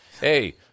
Hey